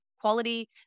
quality